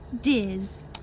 Diz